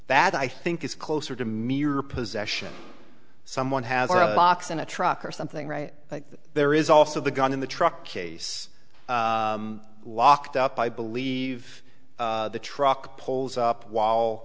that i think is closer to me your possession someone has a box in a truck or something right there is also the gun in the truck case locked up i believe the truck pulls up while